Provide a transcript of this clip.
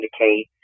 indicate